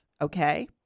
okay